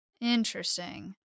Interesting